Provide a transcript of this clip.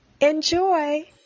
Enjoy